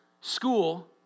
school